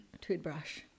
toothbrush